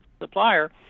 supplier